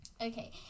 Okay